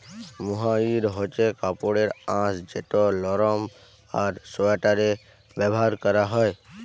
mohair হছে কাপড়ের আঁশ যেট লরম আর সোয়েটারে ব্যাভার ক্যরা হ্যয়